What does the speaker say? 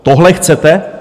Tohle chcete?